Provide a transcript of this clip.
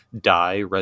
die